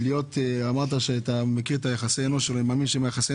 אמרת שאתה מכיר את יחסי האנוש שלו.